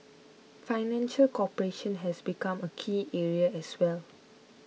financial cooperation has become a key area as well